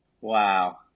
Wow